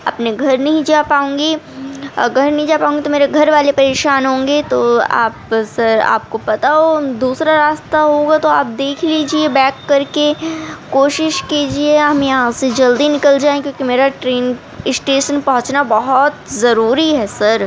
اپنے گھر نہیں جا پاؤں گی اگر نہیں جا پاؤں گی تو میرے گھر والے پریشان ہوں گے تو آپ سر آپ کو پتہ ہو دوسرا راستہ ہوگا تو آپ دیکھ لیجیے بیک کر کے کوشش کیجیے ہم یہاں سے جلدی نکل جائیں کیونکہ میرا ٹرین اسٹیشن پہنچنا بہت ضروری ہے سر